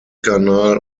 kanal